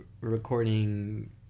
recording